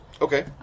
Okay